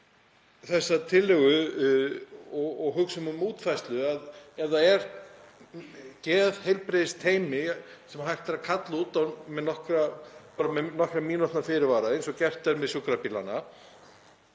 þessa tillögu og hugsum um útfærslu: Ef til staðar er geðheilbrigðisteymi sem hægt er að kalla út með nokkurra mínútna fyrirvara eins og gert er með sjúkrabílana